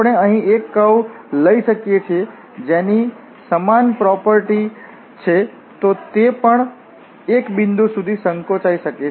આપણે અહીં એક કર્વ લઈ શકીએ છીએ જેની સમાન પ્રોપર્ટી ચ્હે તો તે પણ એક બિંદુ સુધી સંકોચાઈ શકે છે